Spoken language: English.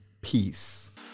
peace